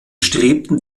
strebten